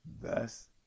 thus